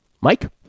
mike